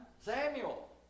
Samuel